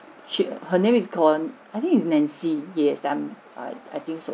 she's her name is called I think it's nancy yes I'm I I think so